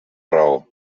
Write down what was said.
raó